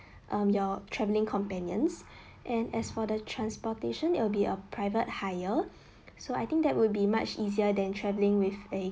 um your traveling companions and as for the transportation it will be a private hire so I think that will be much easier than traveling with a